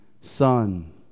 son